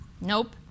Nope